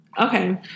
Okay